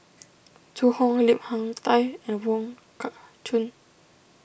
Zhu Hong Lim Hak Tai and Wong Kah Chun